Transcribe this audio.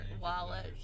wallet